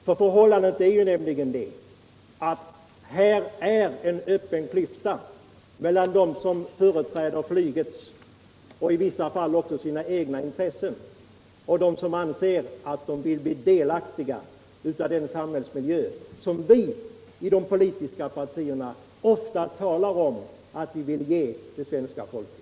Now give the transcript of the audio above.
Förhållandet är nämligen det, att här är en öppen klyfta mellan dem som företräder flygets och i vissa fall också sina egna intressen och dem som anser att de vill bli delaktiga av den samhällsmiljö som vi i de politiska partierna ofta talar om att vi vill ge det svenska folket.